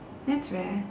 that's rare